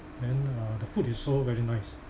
then uh the food is so very nice